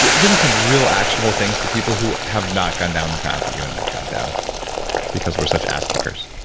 give me some real actionable things for people who have not gone down the path that you and i have gone down because we're such ass kickers